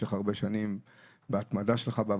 איך למדת את החומר,